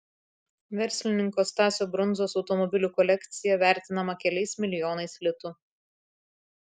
verslininko stasio brundzos automobilių kolekcija vertinama keliais milijonais litų